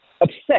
obsessed